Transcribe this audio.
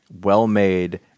well-made